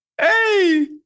Hey